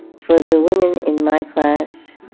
for the women in my class